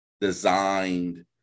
designed